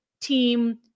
team